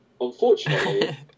Unfortunately